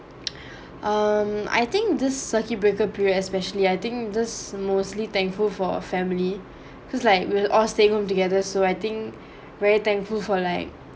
um I think this circuit breaker period especially I think just mostly thankful for a family cause like we all staying home together so I think very thankful for like